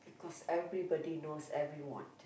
cause everybody knows everyone